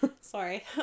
Sorry